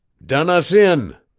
done us in.